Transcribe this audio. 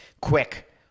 Quick